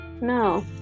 No